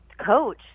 coach